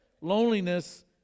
loneliness